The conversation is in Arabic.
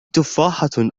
تفاحة